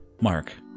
Mark